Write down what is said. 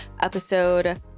episode